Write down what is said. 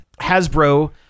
Hasbro